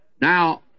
Now